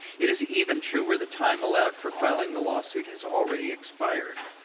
it is even true where the time allowed for filing the lawsuit has already expired.